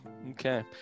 Okay